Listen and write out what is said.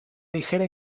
ligera